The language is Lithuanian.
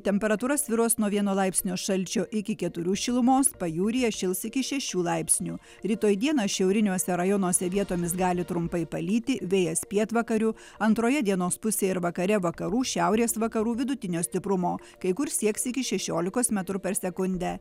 temperatūra svyruos nuo vieno laipsnio šalčio iki keturių šilumos pajūryje šils iki šešių laipsnių rytoj dieną šiauriniuose rajonuose vietomis gali trumpai palyti vėjas pietvakarių antroje dienos pusėje ir vakare vakarų šiaurės vakarų vidutinio stiprumo kai kur sieks iki šešiolikos metrų per sekundę